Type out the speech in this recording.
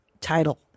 title